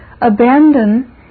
Abandon